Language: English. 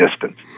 distance